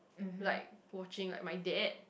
like watching like my dad